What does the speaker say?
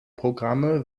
programme